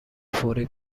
فوری